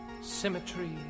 Symmetry